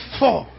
four